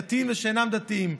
דתיים ושאינם דתיים,